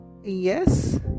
Yes